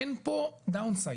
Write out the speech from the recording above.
אין פה מפלס תחתון,